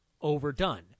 overdone